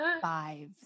five